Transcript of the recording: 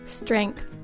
Strength